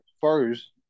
first